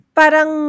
parang